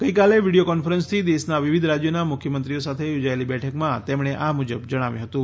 ગઈકાલે વીડિયો કોન્ફરન્સથી દેશના વિવિધ રાજ્યોના મુખ્યમંત્રીઓ સાથે યોજાયેલી બેઠકમાં તેમણે આ મુજબ જણાવ્યું હતું